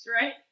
right